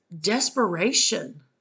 desperation